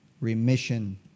remission